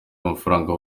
amafaranga